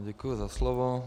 Děkuji za slovo.